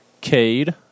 Cade